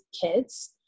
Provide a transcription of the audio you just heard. kids